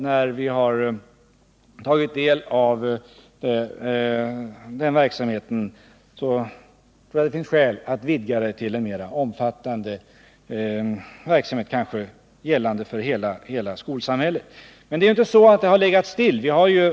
När vi har tagit del av den verksamheten tror jag att det finns skäl att vidga den till en mera omfattande verksamhet, kanske gällande för hela skolsamhället. Men vi har inte legat stilla.